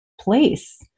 place